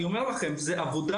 אני אומר לכם שזו עבודה.